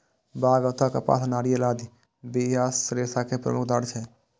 बांग अथवा कपास, नारियल आदि बियाक रेशा के प्रमुख उदाहरण छियै